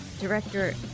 director